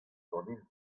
ganin